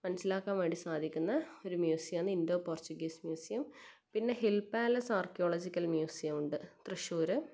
മനസ്സിലാക്കാൻ വേണ്ടി സാധിക്കുന്ന ഒരു മ്യൂസിയം ആണ് ഇൻഡൊ പോർച്ചുഗീസ് മ്യൂസിയം പിന്നെ ഹിൽ പാലസ് ആർക്കിയോളജിക്കൽ മ്യൂസിയം ഉണ്ട് തൃശ്ശൂർ